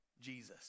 Jesus